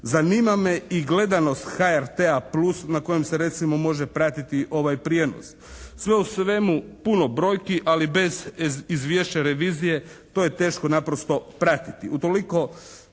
Zanima me i gledanost HRT-a Plus na kojem se recimo može pratiti ovaj prijenos. Sve u svemu, puno brojki ali bez izvješća revizije to je teško naprosto pratiti.